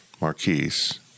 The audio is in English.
Marquise